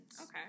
Okay